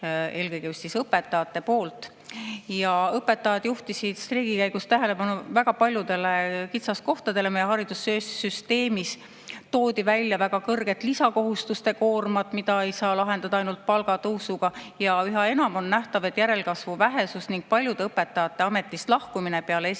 eelkõige just õpetajate poolt. Õpetajad juhtisid streigi käigus tähelepanu väga paljudele kitsaskohtadele meie haridussüsteemis. Toodi välja väga kõrge lisakohustuste koorem, mida ei saa lahendada ainult palgatõusuga. Üha enam on nähtav, et järelkasvu vähesus ning paljude õpetajate ametist lahkumine peale esimesi